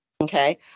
okay